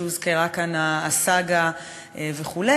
והוזכרה כאן הסאגה וכו',